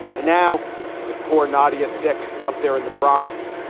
and now with poor knottiest sic up there in the bronx,